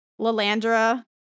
Lalandra